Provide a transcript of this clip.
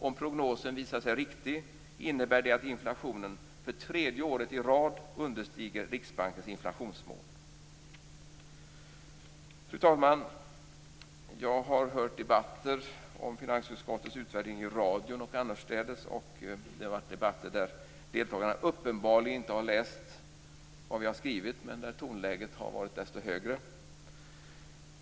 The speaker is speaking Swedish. Om prognosen visar sig riktig innebär det att inflationen för tredje året i rad understiger Riksbankens inflationsmål." Fru talman! Jag har hört debatter om finansutskottets utvärdering i radion och annorstädes. Det har varit debatter där deltagarna uppenbarligen inte har läst vad vi har skrivit, men där tonläget har varit desto högre.